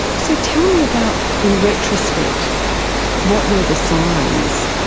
so tell me about in retrospect what were the signs?